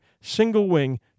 single-wing